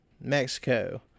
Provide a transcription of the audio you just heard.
Mexico